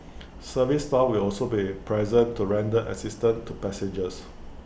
service staff will also be present to render assistance to passengers